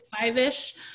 five-ish